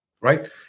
Right